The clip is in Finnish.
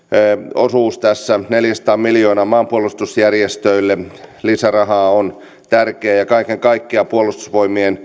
osuus tässä neljäsataa miljoonaa lisärahaa maanpuolustusjärjestöille on tärkeä kaiken kaikkiaan puolustusvoimien